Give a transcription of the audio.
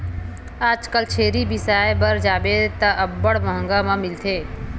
आजकल छेरी बिसाय बर जाबे त अब्बड़ मंहगा म मिलथे